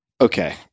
Okay